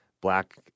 black